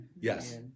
Yes